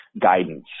guidance